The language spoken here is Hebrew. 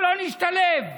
לא נשתלב.